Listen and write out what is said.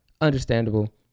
Understandable